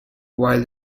while